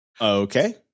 Okay